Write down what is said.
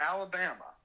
Alabama